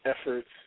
efforts